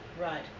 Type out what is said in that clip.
right